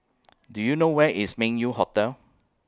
Do YOU know Where IS Meng Yew Hotel